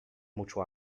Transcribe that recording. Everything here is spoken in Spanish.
mucho